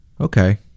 Okay